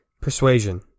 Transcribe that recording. persuasion